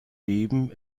leben